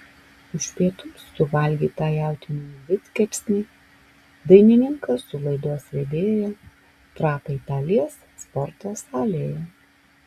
už pietums suvalgytą jautienos didkepsnį dainininkas su laidos vedėja prakaitą lies sporto salėje